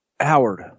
Howard